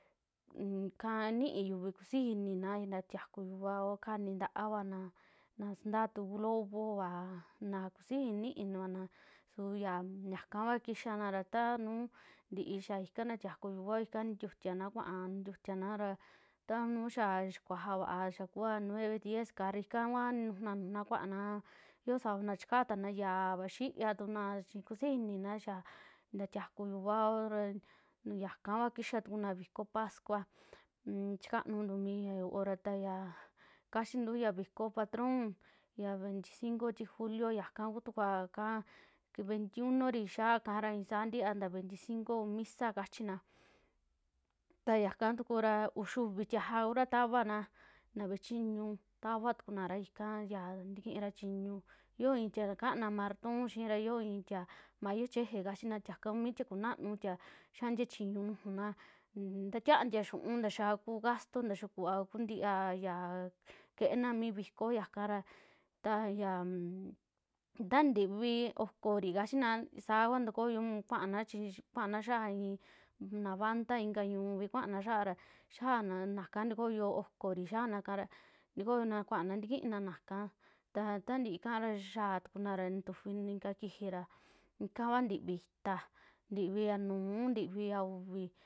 Nkaa nii yiuvi kusiiji inina chi ntatiku yiuvao, kanii ntaavana na sntaa tu lobova, na kusiji ini niivana su ya yaka vua kixana, ra ta nuu ntii yaa ika ntatiaku yiuvao. ika nintiutiana kua nintiutianara ta nuu xaa kuajaa vaa, xaa kua nueve, diez kaara ikakua ninujuna nujuna kuaana, yoo sabana chikatana yi'ava, xiiatuna chi kusiji inina xaa ntatiaku yiuvao, ra yaka kua kixatukuna viki pascua un chikantu mia yo'o ra, ta yaa kachinti ya viko'o patroun ya veinticinco ti julio yaka kutuku vakaa, veintiunori ixaaka ra i'isaa ntia nta veinticinco ku misa cachina, ta yaka tukura uxuvi tiaja kura tavaana naa ve'e chiñu, tava tukunara ika ya ntikiira chiñu yo i'i tir kaana martoun xiira, yio mayoo cheje kachina, tiaka ku tie kunanu tia xiantia chiñu nujuna ntatiantia yiu'un nta xiaa kuu gasto, nta xaa kuva kuntiaa ya keena mi viko yakara ta yan, ta nintiivi okori kachina saa va kuaana chii, kuaana xiia na banda inka ñu'uvi kuaana xiaara, xiana naka ntakoyo okori xiana kara ntokoyona kuaana ntikina naka ta tantii ika ra xiia tukunara tufi inka kijiira ika kua ntivi ita, ntivia nuú, ntiviya uvi.